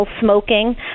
Smoking